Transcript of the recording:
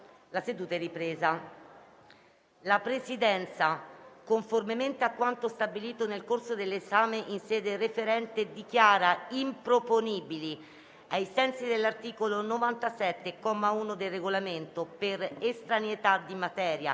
alle ore 20,35)*. La Presidenza, conformemente a quanto stabilito nel corso dell'esame in sede referente, dichiara improponibili, ai sensi dell'articolo 97, comma 1, del Regolamento, per estraneità di materia